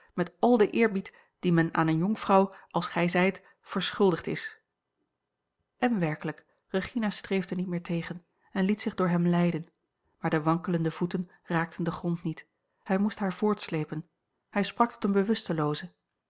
met al den eerbied dien men aan eene jonkvrouw als gij zijt verschuldigd is en werkelijk regina streefde niet meer tegen en liet zich door hem leiden maar de wankelende voeten raakten den grond niet hij moest haar voortsleepen hij sprak tot eene